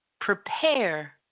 prepare